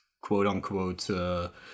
quote-unquote